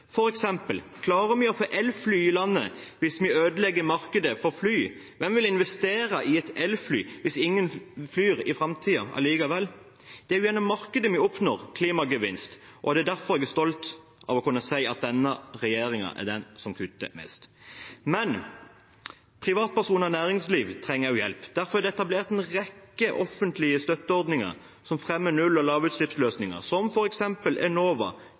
eksempel: Klarer vi å få elfly i landet hvis vi ødelegger markedet for fly? Hvem vil investere i et elfly hvis ingen likevel flyr i framtiden? Det er gjennom markedet vi oppnår klimagevinst, og det er derfor jeg er stolt av å kunne si at denne regjeringen er den som kutter mest. Men privatpersoner og næringsliv trenger også hjelp. Derfor er det etablert en rekke offentlige støtteordninger som fremmer null- og lavutslippsløsninger, som f.eks. Enova,